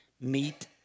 Meet